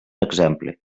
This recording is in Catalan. exemple